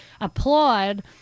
applaud